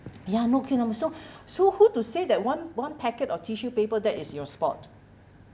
ya no kidding I'm so so who to say that one one packet of tissue paper that is your spot